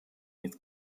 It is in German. jetzt